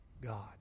God